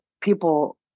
people